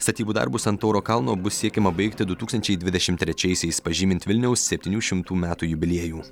statybų darbus ant tauro kalno bus siekiama baigti du tūkstančiai dvidešim trečiaisiais pažymint vilniaus septynių šimtų metų jubiliejų